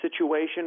situation